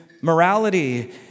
morality